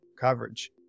coverage